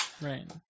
Right